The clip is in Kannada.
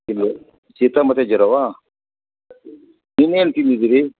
ಇದು ಶೀತ ಮತ್ತು ಜ್ವರವೆ ನಿನ್ನೆ ಏನು ತಿಂದಿದ್ದಿರಿ